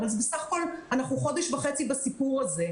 אבל בסך הכול אנחנו חודש וחצי בסיפור הזה.